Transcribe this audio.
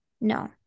No